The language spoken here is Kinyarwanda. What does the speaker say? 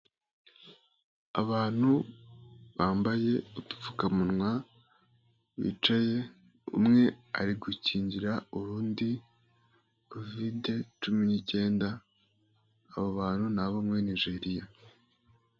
Abantu bambaye udupfukamunwa bicaye, umwe ari gukingira uwundi Kovide cumi n'icyenda, abo bantu ni abo muri Nigeria.